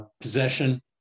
possession